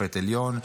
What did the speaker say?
שופט עליון,